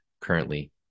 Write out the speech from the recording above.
currently